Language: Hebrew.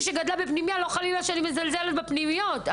חלילה אני לא מזלזלת בפנימיות,